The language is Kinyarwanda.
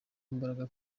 imbaraga